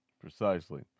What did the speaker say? Precisely